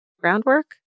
Groundwork